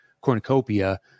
cornucopia